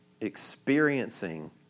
experiencing